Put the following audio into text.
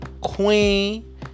Queen